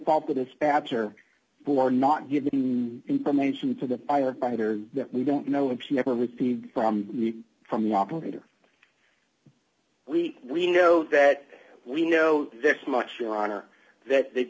the dispatcher for not giving information to the firefighter that we don't know if she ever received from the from the operator we we know that we know this much your honor that the